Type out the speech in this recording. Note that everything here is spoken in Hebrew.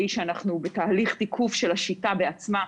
שאנחנו בתהליך תיקוף של השיטה בעצמה,